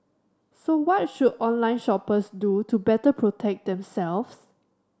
so what should online shoppers do to better protect themselves